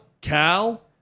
Cal